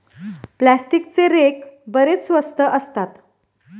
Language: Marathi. प्लास्टिकचे रेक बरेच स्वस्त असतात